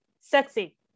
sexy